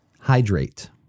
hydrate